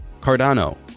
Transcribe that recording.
Cardano